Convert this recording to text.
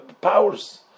powers